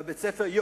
ובית-הספר,